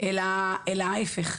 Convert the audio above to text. אלא להיפך.